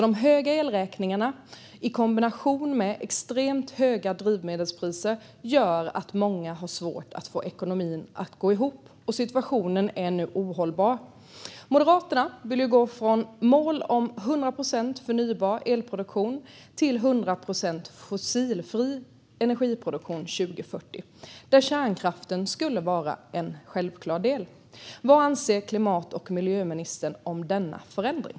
De höga elräkningarna i kombination med extremt höga drivmedelspriser gör att många har svårt att få ekonomin att gå ihop, och situationen är nu ohållbar. Moderaterna vill ju gå från mål om 100 procent förnybar elproduktion till 100 procent fossilfri energiproduktion år 2040, där kärnkraften skulle vara en självklar del. Vad anser klimat och miljöministern om denna förändring?